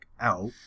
out